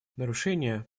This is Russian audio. нарушения